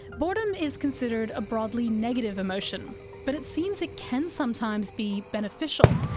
boredom is considered a broadly negative emotion but it seems it can sometimes be beneficial,